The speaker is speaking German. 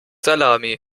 salami